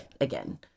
again